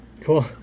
Cool